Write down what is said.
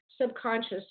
subconscious